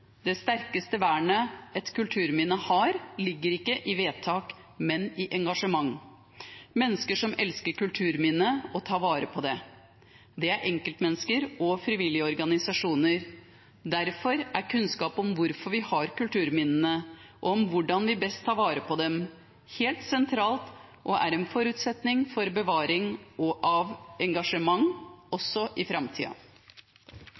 Det sterkeste vernet et kulturminne har, ligger ikke i vedtak, men i engasjement – mennesker som elsker kulturminner og tar vare på dem. Det er enkeltmennesker og frivillige organisasjoner. Derfor er kunnskap om hvorfor vi har kulturminnene, og om hvordan vi best tar vare på dem, helt sentralt og er en forutsetning for bevaring av engasjement